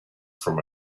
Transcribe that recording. from